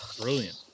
Brilliant